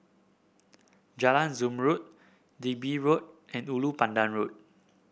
Jalan Zamrud Digby Road and Ulu Pandan Road